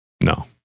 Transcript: No